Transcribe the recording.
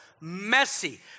messy